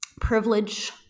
privilege